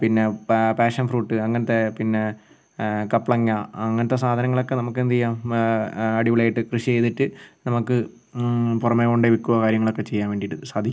പിന്നെ പാ passion fruit അങ്ങനത്തെ പിന്നെ കപ്പളങ്ങ അങ്ങനത്തെ സാധനങ്ങളൊക്കെ നമുക്ക് എന്ത് ചെയ്യാം അടിപൊളിയായിട്ട് കൃഷി ചെയ്തിട്ട് നമുക്ക് പുറമെ കൊണ്ട് വിൽക്കുകയോ കാര്യങ്ങളൊക്കെ ചെയ്യാൻ വേണ്ടിയിട്ട് സാധി